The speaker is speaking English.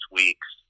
weeks